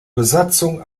besatzung